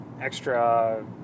extra